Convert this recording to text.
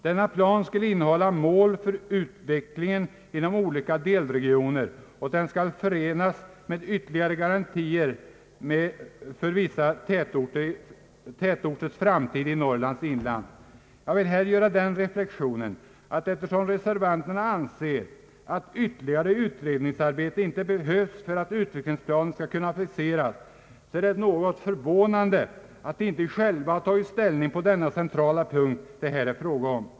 Denna plan skulle innehålla mål för utvecklingen inom olika delregioner och den skulle förenas med uttryckliga garantier för vissa tätorters framtid i Norrlands inland. Jag vill här göra den reflexionen att eftersom reservanterna anser att ytterligare utredningsarbete inte behövs för att utvecklingsplanen skall kunna fixeras, är det något förvånande att de inte själva har tagit ställning på den centrala punkt det här är fråga om.